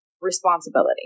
responsibility